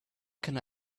can